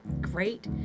great